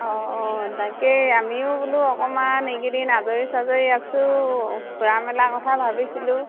অঁ অঁ তাকেই আমিও বোলো অকণমান এইকেইদিন আজৰি চাজৰি আছোঁ ফুৰা মেলা কথা ভাবিছিলোঁ